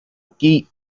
key